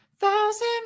Thousand